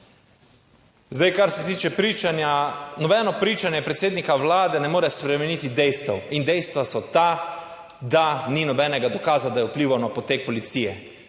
Zdaj, kar se tiče pričanja, nobeno pričanje predsednika Vlade ne more spremeniti dejstev in dejstva so ta, da ni nobenega dokaza, da je vplival na potek policije.